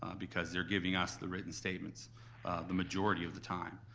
ah because they're giving us the written statements the majority of the time.